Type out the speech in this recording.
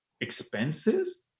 expenses